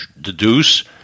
deduce